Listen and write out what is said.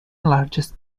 largest